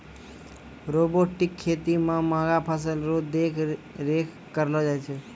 robotic खेती मे महंगा फसल रो देख रेख करलो जाय छै